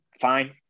fine